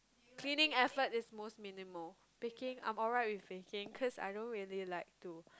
cleaning effort is most minimal baking I'm alright with baking cause I don't really like to